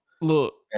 Look